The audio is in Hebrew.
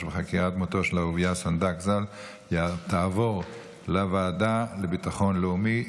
בחקירת מותו של אהוביה סנדק ז"ל תעבור לדיון בוועדה לביטחון לאומי.